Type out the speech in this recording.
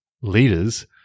leaders